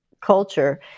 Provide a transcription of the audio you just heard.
culture